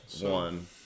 one